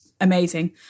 amazing